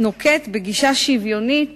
נוקט גישה שוויונית